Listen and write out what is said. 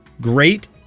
great